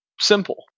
Simple